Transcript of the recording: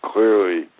Clearly